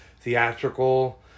theatrical